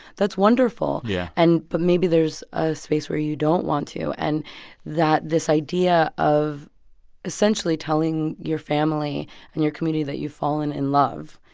that's wonderful yeah and but maybe there's a space where you don't want to and that this idea of essentially telling your family and your community that you've fallen in love.